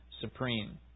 supreme